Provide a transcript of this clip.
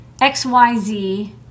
XYZ